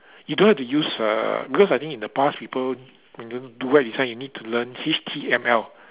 you don't have to use uh because I think in the past people when do do web design you need to learn H_T_M_L